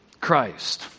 Christ